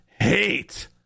hate